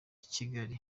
kigali